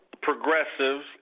progressives